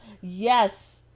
yes